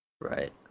right